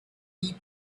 deep